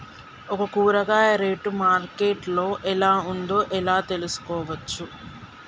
ఒక కూరగాయ rate market లో ఎలా ఉందో ఎలా తెలుసుకోవచ్చు?